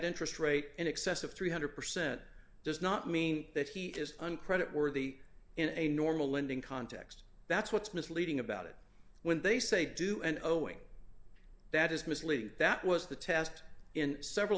interest rate in excess of three hundred percent does not mean that he is on credit worthy in a normal lending context that's what's misleading about it when they say due and owing that is misleading that was the test in several